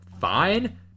fine